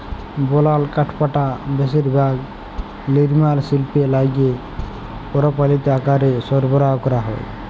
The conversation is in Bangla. বলাল কাঠপাটা বেশিরভাগ লিরমাল শিল্পে লাইগে পরমালিত আকারে সরবরাহ ক্যরা হ্যয়